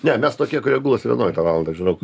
ne mes tokie kurie gulasi vienuoliktą valandą žinok